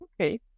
okay